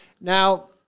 Now